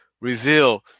reveal